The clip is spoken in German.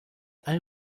all